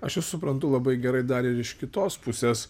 aš jus suprantu labai gerai dar ir iš kitos pusės